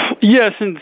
Yes